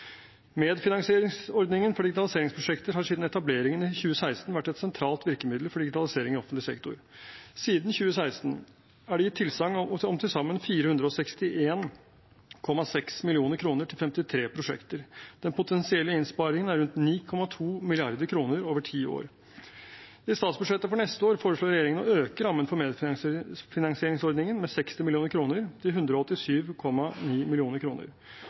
Medfinansieringsordningen for digitaliseringsprosjekter har siden etableringen i 2016 vært et sentralt virkemiddel for digitalisering i offentlig sektor. Siden 2016 er det gitt tilsagn om til sammen 461,6 mill. kr til 53 prosjekter. Den potensielle innsparingen er rundt 9,2 mrd. kr over ti år. I statsbudsjettet for neste år foreslår regjeringen å øke rammen for medfinansieringsordningen med 60 mill. kr til 187,9